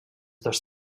dos